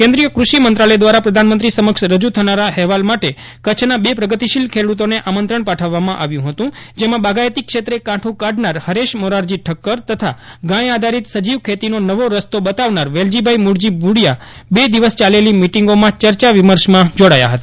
કેન્દ્રીય ફૃષિ મંત્રાલય દ્વારા પ્રધાનમંત્રી સમક્ષ રજૂ થનારા ફેવાલ માટે કચ્છના બે પ્રગતિશીલ ખેડૂતોને આમંત્રણ પાઠવવામાં આવ્યું હતું જેમાં બાગાયતી ક્ષેત્રે કાકું કાઢનાર ફરેશ મોરારજી ઠક્કર તથા ગાય આધારિત સજીવ ખેતી નો નવો રસ્તો બતાવનાર વેલજીભાઇ મૂળજી ભુડિયા બે દિવસ ચાલેલી મિટિંગોમાં ચર્ચા વિમર્શમાં જોડાયા હતા